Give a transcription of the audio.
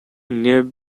near